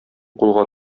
кулга